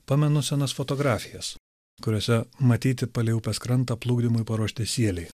pamenu senas fotografijas kuriose matyti palei upės krantą plukdymui paruošti sieliai